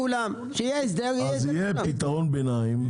יהיה פתרון ביניים.